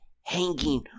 hanging